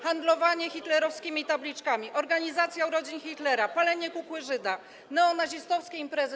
Handlowanie hitlerowskimi tabliczkami, organizacja urodzin Hitlera, palenie kukły Żyda, neonazistowskie imprezy.